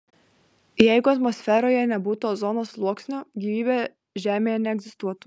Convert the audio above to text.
jeigu atmosferoje nebūtų ozono sluoksnio gyvybė žemėje neegzistuotų